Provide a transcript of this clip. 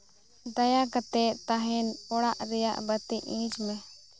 ᱫᱟᱭᱟ ᱠᱟᱛᱮᱫ ᱛᱟᱦᱮᱱ ᱚᱲᱟᱜ ᱨᱮᱭᱟᱜ ᱵᱟᱹᱛᱤ ᱤᱲᱤᱡ ᱢᱮ